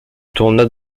tourna